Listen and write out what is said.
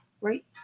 right